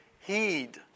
heed